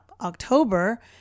October